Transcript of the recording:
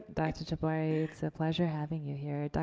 dr. tabari. it's a pleasure having you here.